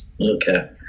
Okay